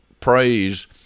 praise